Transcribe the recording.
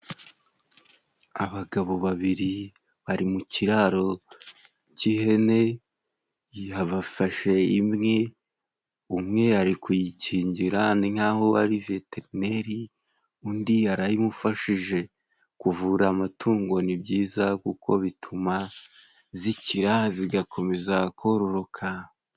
Abagabo babiri bari mu kiraro cy'ihene bafashe imwe, umwe ari kuyikingira ni nk'aho ari veterineri undi arayimufashije . Kuvura amatungo ni byiza kuko bituma zikira zigakomeza kororoka.